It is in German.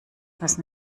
müssen